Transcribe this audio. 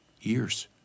years